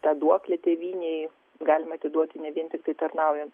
tą duoklę tėvynei galima atiduoti ne vien tiktai tarnaujant